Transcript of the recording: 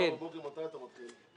מחר בבוקר מתי אתה מתחיל?